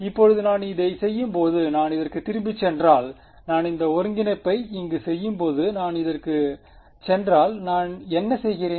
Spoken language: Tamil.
இப்போது நான் இதைச் செய்யும்போதுநான் இதற்கு திரும்பி சென்றால் நான் இந்த ஒருங்கிணைப்பை இங்கு செய்யும்போது நாங்கள் இதற்குச் சென்றால் நான் என்ன செய்கிறேன்